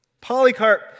Polycarp